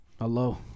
Hello